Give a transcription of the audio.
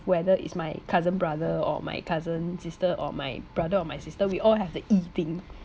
whether it's my cousin brother or my cousin sister or my brother or my sister we all have the yi thing